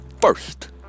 first